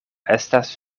estas